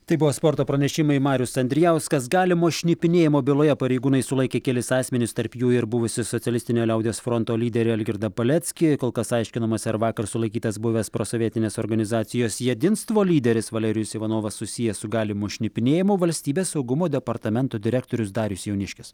tai buvo sporto pranešimai marius andrijauskas galimo šnipinėjimo byloje pareigūnai sulaikė kelis asmenis tarp jų ir buvusį socialistinio liaudies fronto lyderį algirdą paleckį kol kas aiškinamasi ar vakar sulaikytas buvęs prosovietinės organizacijos jedinstvo lyderis valerijus ivanovas susijęs su galimu šnipinėjimu valstybės saugumo departamento direktorius darius jauniškis